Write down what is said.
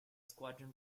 squadron